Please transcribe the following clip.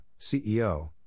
CEO